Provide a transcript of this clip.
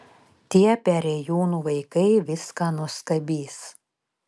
tie perėjūnų vaikai viską nuskabys